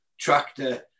tractor